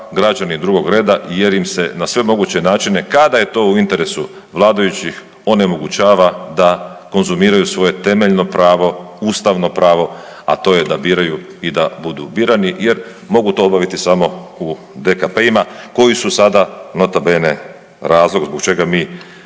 građani drugog reda jer im se na sve moguće načine kada je to u interesu vladajućih onemogućava da konzumiraju svoje temeljno pravo, ustavno pravo, a to je da biraju i da budu birani jer mogu to obaviti samo u DKP-ima koji su sada nota bene razlog zbog čega mi